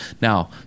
Now